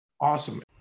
Awesome